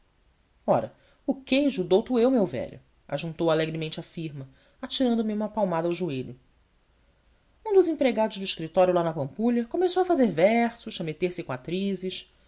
ora o queijo dou to eu meu velho ajuntou alegremente a firma atirando me uma palmada ao joelho um dos empregados do escritório lá na pampulha começou a fazer versos a meter-se com atrizes e